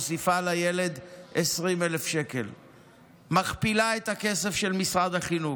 היא מוסיפה לילד 20,000 שקל ומכפילה את הכסף של משרד החינוך.